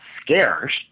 scarce